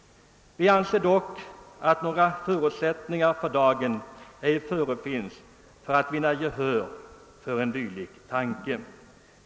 Vi anser dock att några förutsättningar för dagen ej förefinns för att vinna gehör för en dylik tanke.